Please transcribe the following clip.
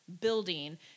building